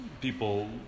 people